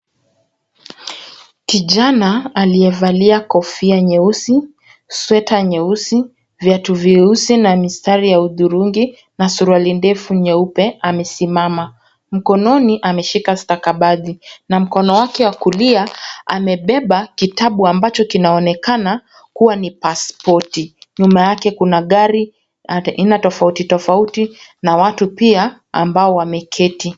Kijana aliyevalia kofia nyeusi, sweta nyeusi, viatu vyeusi na mistari ya hudhurungi na suruali ndefu nyeupe amesimama. Mkononi ameshika stakabadhi na mkono wake wa kulia amebeba kitabu ambacho kinaonekana kuwa ni pasipoti. Nyuma yake kuna gari aaina tofauti tofauti na watu pia ambao wameketi.